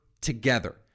together